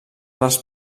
dels